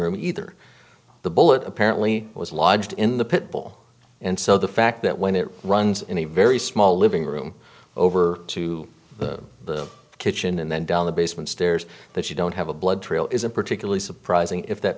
room either the bullet apparently was lodged in the pit bull and so the fact that when it runs in a very small living room over to the kitchen and then down the basement stairs that you don't have a blood trail isn't particularly surprising if that